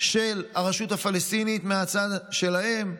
של הרשות הפלסטינית מהצד שלהם.